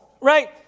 right